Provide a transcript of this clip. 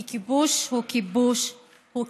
כי כיבוש הוא כיבוש הוא כיבוש.